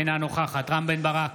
אינה נוכחת רם בן ברק,